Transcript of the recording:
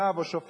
רב או שופט,